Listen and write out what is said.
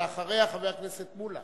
ואחריה, חבר הכנסת מולה.